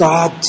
God